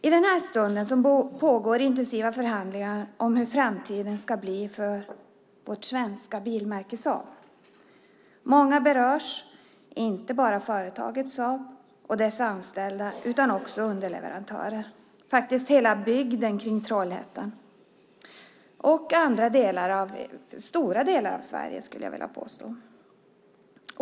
I den här stunden pågår intensiva förhandlingar om hur framtiden ska bli för vårt svenska bilmärke Saab. Många berörs, inte bara företaget Saab och dess anställda utan också underleverantörer. Faktiskt berörs hela bygden kring Trollhättan och stora delar av Sverige, skulle jag vilja påstå.